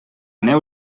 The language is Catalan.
neu